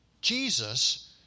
Jesus